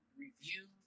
Review